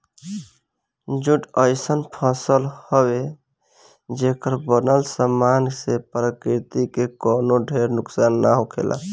jute अइसन फसल हवे, जेकर बनल सामान से प्रकृति के कवनो ढेर नुकसान ना होखेला